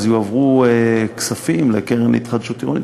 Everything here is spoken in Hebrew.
יועברו כספים לקרן להתחדשות עירונית.